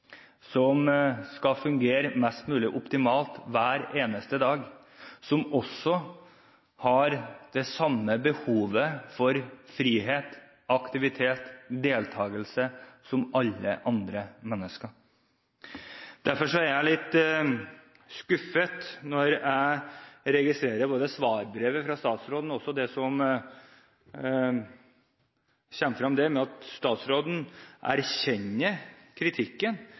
som skal fungere mest mulig optimalt hver eneste dag, som har det samme behovet for frihet, aktivitet og deltakelse som alle andre mennesker. Derfor er jeg litt skuffet når jeg registrerer svarbrevet fra statsråden og det som kommer frem der, at statsråden erkjenner kritikken,